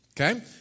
Okay